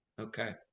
Okay